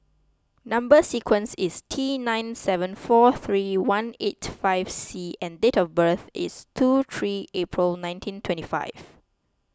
Number Sequence is T nine seven four three one eight five C and date of birth is two three April nineteen twenty five